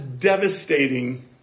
devastating